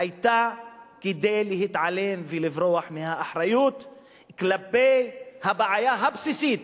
היו כדי להתעלם ולברוח מהאחריות כלפי הבעיה הבסיסית,